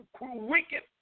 wicked